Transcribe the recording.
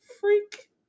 freak